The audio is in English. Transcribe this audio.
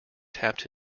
tapped